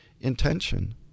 intention